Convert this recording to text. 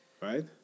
Right